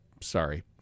sorry